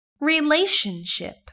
relationship